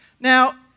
Now